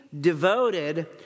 devoted